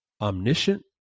omniscient